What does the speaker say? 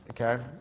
Okay